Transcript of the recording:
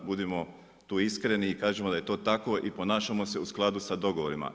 Budimo tu iskreni i kažem od a je to tako i pronađemo se u skladu sa dogovorima.